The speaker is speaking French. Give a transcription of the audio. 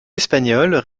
espagnols